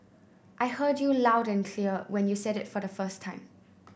I heard you loud and clear when you said it the first time